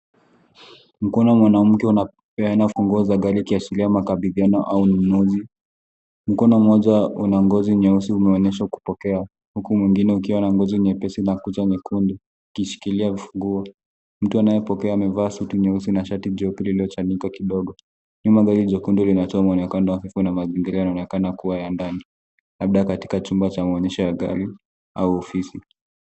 Mkono wa mwanamke unapeana funguo za gari ikiashiria makabidhiano au ununuzi . Mkono una ngozi nyeusi unaonyeshwa kupokea huku mwingine ukiwa na ngozi nyepesi na kucha nyekundu ukishikilia funguo. Mtu anayepokea amevaa suti nyeusi na shati jeupe lililochanika kidogo. Nyuma gari jekundu linatoka mwonekano wa hafifu na mazingira yanaonekana kuwa ya ndani labda katika chumba cha maonyesho ya gari au ofisi.